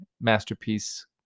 Masterpiece